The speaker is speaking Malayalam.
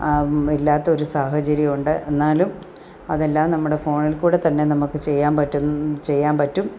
ആ ഇല്ലാത്തൊരു സാഹചര്യമുണ്ട് എന്നാലും അതെല്ലാം നമ്മുടെ ഫോണിൽ കൂടി തന്നെ നമുക്ക് ചെയ്യാൻ പറ്റു ചെയ്യാൻപറ്റും